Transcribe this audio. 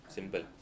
Simple